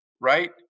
right